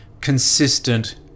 consistent